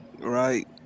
right